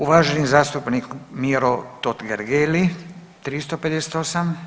Uvaženi zastupnik Miro Totgergeli, 358.